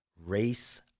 race